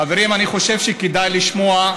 חברים, אני חושב שכדאי לשמוע.